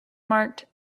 marked